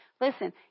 Listen